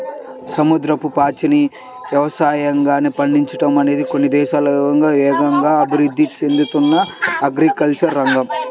సముద్రపు పాచిని యవసాయంలాగా పండించడం అనేది కొన్ని దేశాల్లో వేగంగా అభివృద్ధి చెందుతున్న ఆక్వాకల్చర్ రంగం